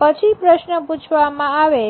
પછી પ્રશ્ન પૂછવામાં આવે